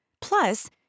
Plus